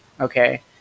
Okay